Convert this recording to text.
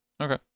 Okay